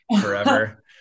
forever